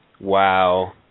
Wow